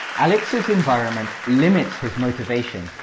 alex's environment limits his motivation,